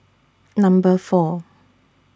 Number four